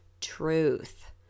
truth